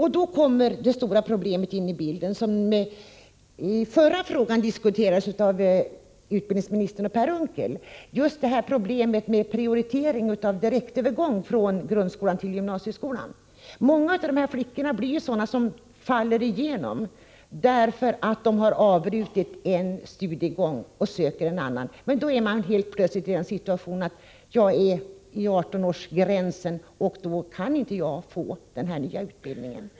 Här uppstår ett problem, som i den förra frågedebatten diskuterades av utbildningsministern och Per Unckel, och det beror på prioriteringen av direktövergång från grundskolan till gymnasieskolan. Många flickor som avbrutit en studiegång och söker en annan kan på grund av 18-årsgränsen inte söka till en ny utbildning.